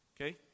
Okay